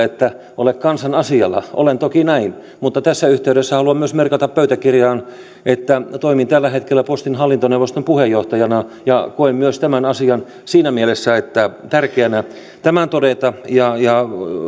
että ole kansan asialla olen toki näin mutta tässä yhteydessä haluan myös merkata pöytäkirjaan että toimin tällä hetkellä postin hallintoneuvoston puheenjohtajana ja koen tämän asian myös siinä mielessä tärkeänä todeta ja ja